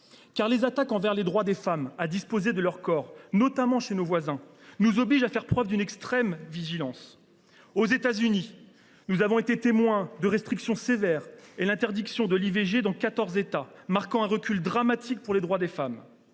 les attaques envers les droits des femmes à disposer de leur corps, notamment chez ces pays voisins, nous obligent à faire preuve d’une extrême vigilance. Aux États Unis, nous avons été témoins de restrictions sévères et d’interdictions de l’IVG dans quatorze États, marquant un recul dramatique pour les droits des femmes.